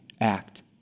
Act